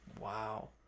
wow